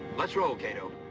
let's roll, kato.